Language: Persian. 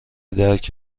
درک